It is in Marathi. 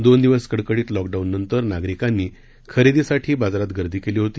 दोन दिवस कडकडीत लॉकडाऊन नंतर नागरिकांनी खरेदीसाठी बाजारात गर्दी कली होती